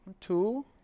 two